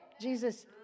Jesus